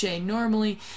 normally